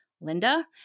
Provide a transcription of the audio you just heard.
Linda